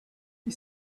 you